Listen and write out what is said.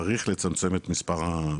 צריך לצמצם את מספר התאגידים.